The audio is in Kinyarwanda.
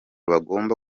bagomba